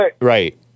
Right